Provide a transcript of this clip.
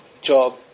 job